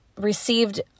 received